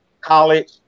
college